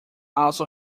also